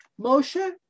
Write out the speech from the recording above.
Moshe